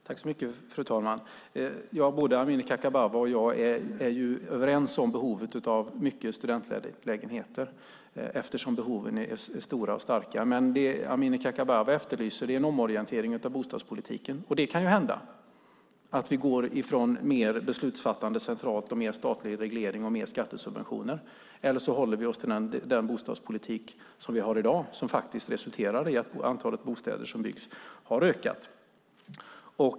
Fru talman! Både Amineh Kakabaveh och jag är överens om behovet av många studentlägenheter. Behoven är stora och starka. Det Amineh Kakabaveh efterlyser är en omorientering av bostadspolitiken. Det kanhända att vi går ifrån mer beslutsfattande centralt, mer statlig reglering och skattesubventioner, eller så håller vi oss till den bostadspolitik som finns i dag som faktiskt har resulterat i att antalet byggda bostäder har ökat.